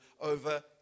over